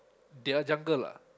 their jungle lah